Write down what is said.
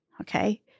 okay